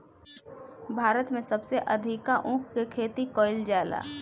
भारत में सबसे अधिका ऊख के खेती कईल जाला